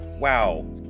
wow